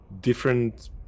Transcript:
different